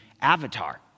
Avatar